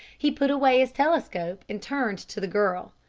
he put away his telescope and turned to the girl.